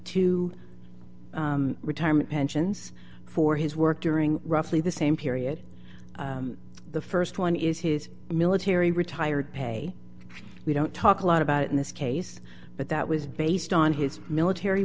two retirement pensions for his work during roughly the same period the st one is his military retired pay we don't talk a lot about it in this case but that was based on his military